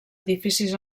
edificis